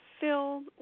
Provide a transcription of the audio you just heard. filled